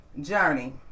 journey